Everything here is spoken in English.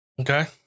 Okay